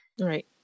Right